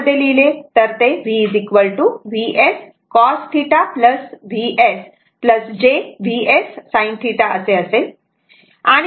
आता जर हे रेक्टअँगुलर फॉर्म मध्ये लिहिलेले तर ते v Vs cos θ j Vs sin θ असे असेल